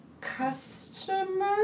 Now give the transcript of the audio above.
customer